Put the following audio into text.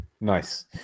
nice